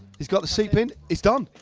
he's got the seat in, it's done.